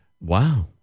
wow